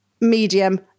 medium